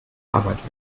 arbeit